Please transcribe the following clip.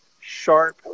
sharp